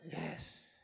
Yes